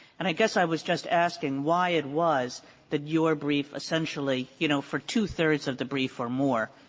and i guess i was just asking why it was that your brief essentially, you know, for two-thirds of the brief or more,